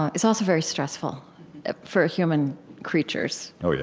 is also very stressful for human creatures oh, yeah.